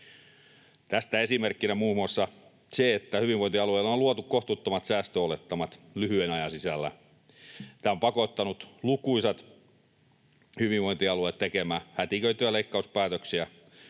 Tästä esimerkkinä muun muassa se, että hyvinvointialueilla on luotu kohtuuttomat säästöolettamat lyhyen ajan sisällä. Tämä on pakottanut lukuisat hyvinvointialueet tekemään hätiköityjä leikkauspäätöksiä